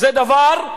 זה דבר,